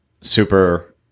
Super